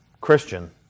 Christian